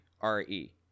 R-E